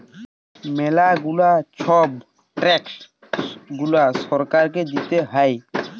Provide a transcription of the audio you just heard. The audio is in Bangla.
ম্যালা গুলা ছব ট্যাক্স গুলা সরকারকে দিতে হ্যয়